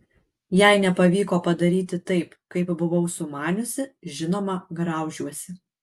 jei nepavyko padaryti taip kaip buvau sumaniusi žinoma graužiuosi